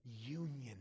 union